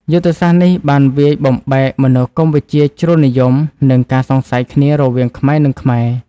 យុទ្ធសាស្ត្រនេះបានវាយបំបែកមនោគមវិជ្ជាជ្រុលនិយម និងការសង្ស័យគ្នារវាងខ្មែរ និងខ្មែរ។